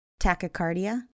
tachycardia